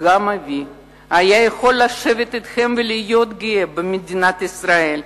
גם אבי יכול היה לשבת אתכם ולהיות גאה במדינת ישראל,